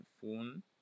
phone